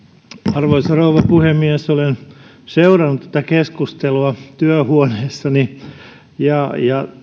arvoisa rouva puhemies olen seurannut tätä keskustelua työhuoneessani ja